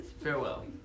Farewell